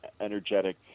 energetic